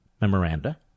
memoranda